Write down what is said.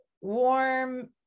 warm